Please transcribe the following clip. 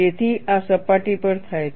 તેથી આ સપાટી પર થાય છે